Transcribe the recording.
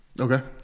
Okay